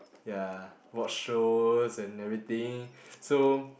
ya watch shows and everything so